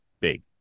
big